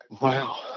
Wow